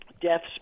Deaths